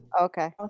Okay